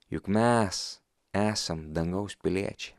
juk mes esam dangaus piliečiai